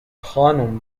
خانم